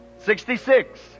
sixty-six